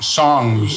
songs